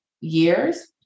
years